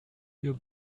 your